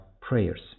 prayers